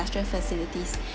industrial facilities